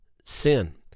sin